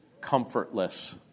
comfortless